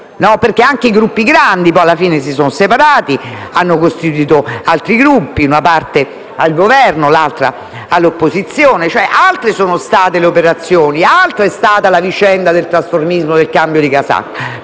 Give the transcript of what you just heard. perché anche i Gruppi grandi si sono separati, hanno costituito altri Gruppi, una parte al Governo e l'altra all'opposizione: altre sono state le operazioni, altra è stata la vicenda del trasformismo e del cambio di casacca,